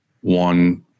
one